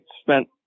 spent